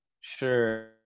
Sure